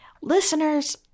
listeners